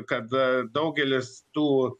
kad daugelis tų